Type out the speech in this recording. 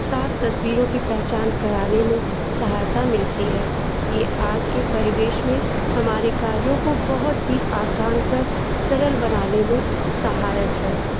साफ तस्वीरों की पहचान कराने में सहयाता मिलती है ये आज के परिवेश में हमारे कार्य को बहुत ही आसान कर सरल बनाने में सहायक है